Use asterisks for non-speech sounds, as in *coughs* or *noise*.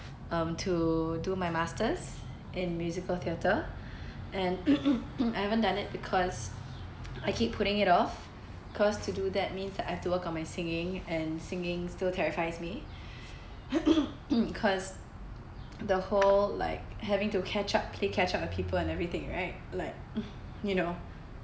um to do my masters in musical theatre and *coughs* I haven't done it because I keep putting it off cause to do that it means I have to work on my singing and singing still terrifies me *noise* cause the whole like having to catch up keep catch up at people and everything right like you know